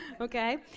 Okay